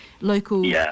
local